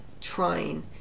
trying